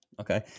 okay